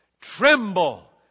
Tremble